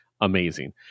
amazing